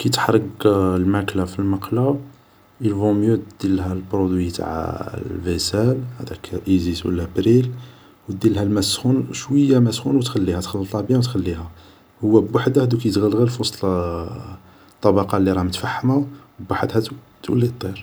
كي تحرق الماكلة في المقلة الفو ميو ديرلها برودوي تاع فيسال هداك ازيس ةلا بريل و ديرلها الماء السخون شوية ماء سخون هو بحده دوك يتغلغل في وسط الطبقة اللي راها متفحمة و بحدها تولي طير